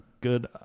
good